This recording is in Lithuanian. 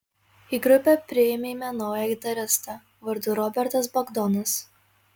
į grupę priėmėme naują gitaristą vardu robertas bagdonas